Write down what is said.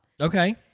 Okay